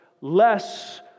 less